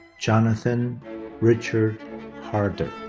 jonathan richard harder.